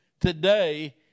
today